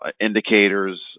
indicators